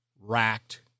racked